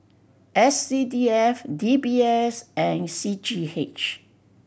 S C D F D B S and C G H